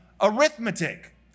arithmetic